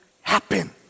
happen